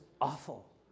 awful